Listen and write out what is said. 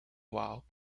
while